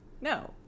No